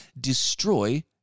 destroy